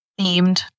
themed